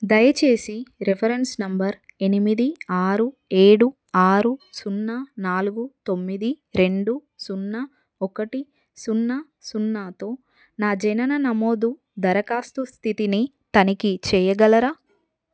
దయచేసి reference number ఎనిమిది ఆరు ఏడు ఆరు సున్నా నాలుగు తొమ్మిది రెండు సున్నా ఒకటి సున్నా సున్నాతో నా జనన నమోదు దరఖాస్తు స్థితిని తనిఖీ చెయ్యగలరా